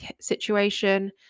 situation